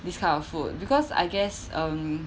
this kind of food because I guess um